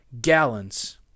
gallons